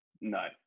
No